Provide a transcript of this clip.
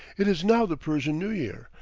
it is now the persian new year,